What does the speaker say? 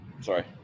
Sorry